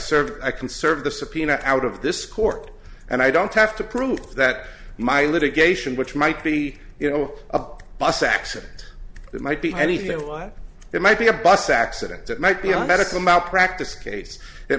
serve i can serve the subpoena out of this court and i don't have to prove that my litigation which might be you know up bus accident that might be anything like it might be a bus accident that might be a medical malpractise case it